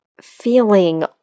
feeling